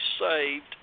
saved